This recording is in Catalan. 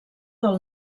del